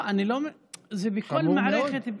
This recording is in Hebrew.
בכל מערכת,